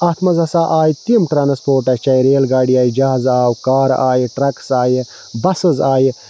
اتھ مَنٛز ہَسا آے تِم ٹرانسپوٹ اَسہِ چاہے ریل گاڑی آیہِ جَہاز آو کارٕ آیہِ ٹرکٕس آیہِ بَسٕز آیہِ